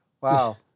Wow